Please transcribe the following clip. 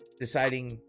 deciding